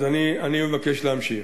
אז אני מבקש להמשיך.